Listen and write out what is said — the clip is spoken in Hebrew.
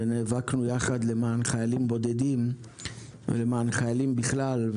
ונאבקנו יחד למען חיילים בודדים ולמען חיילים בכלל,